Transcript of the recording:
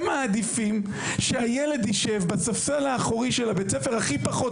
הם מעדיפים שהילד ישב בספסל האחורי של בית הספר הכי פחות